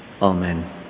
Amen